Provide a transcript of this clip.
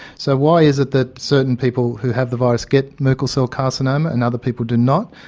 so why is it that certain people who have the virus get merkel cell carcinoma and other people do not?